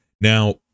Now